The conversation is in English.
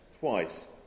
twice